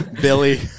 billy